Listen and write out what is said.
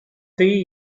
three